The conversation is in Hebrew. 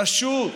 פשוט,